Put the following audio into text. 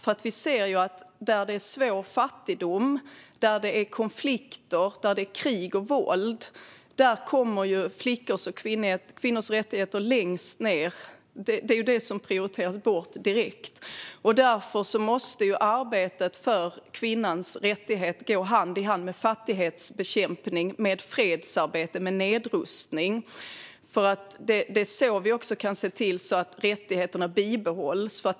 Vi ser nämligen att där det är svår fattigdom, konflikter, krig och våld kommer flickors och kvinnors rättigheter längst ned. Det är det som prioriteras bort direkt. Därför måste arbetet för kvinnans rättigheter gå hand i hand med fattigdomsbekämpning, med fredsarbete och med nedrustning. Det är också så vi kan se till att rättigheterna bibehålls.